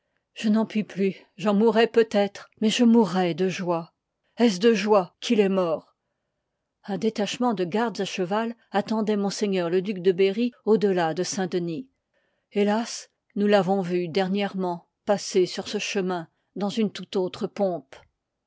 je n'en puis plus j'en mourrai peut-être mais je mourrai de joie est-ce de joie qu'il est mort un détachement de gardes à cheval attendoit ms le duc de berry au delà de saintdenis hélas nous l'avons vu dernièrement passer sur ce chemin dans une toute autre pompe